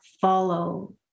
follow